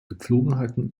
gepflogenheiten